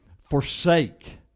forsake